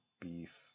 beef